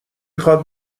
خواد